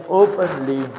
openly